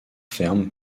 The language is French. ferme